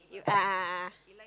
you a'ah a'ah